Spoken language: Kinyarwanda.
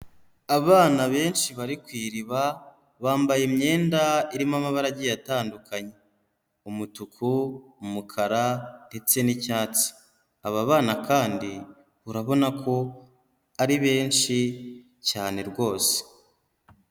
Abana benshi bari ku iriba, bambaye imyenda irimo amabara agiye atandukanye, umutuku, umukara ndetse n'icyatsi, aba bana kandi urabona ko ari benshi cyane rwose.